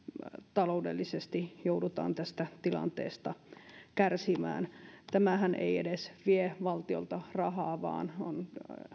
taloudellisesti joudutaan tästä tilanteesta kärsimään tämähän ei edes vie valtiolta rahaa vaan on